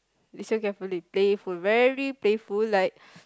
listen carefully playful very playful like